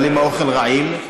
אבל אם האוכל רעיל?